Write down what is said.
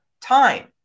time